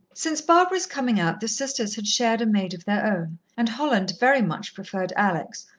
since barbara's coming out, the sisters had shared a maid of their own, and holland very much preferred alex,